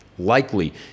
Likely